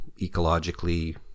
ecologically